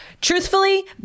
truthfully